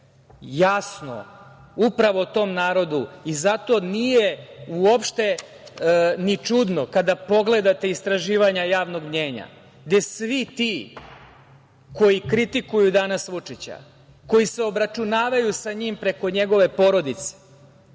jasno upravo tom narodu, i nije uopšte ni čudno kada pogledate istraživanja javnog mnjenja, gde svi ti koji kritikuju danas Vučića, koji se obračunavaju sa njim preko njegove porodice,